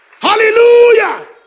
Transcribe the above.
Hallelujah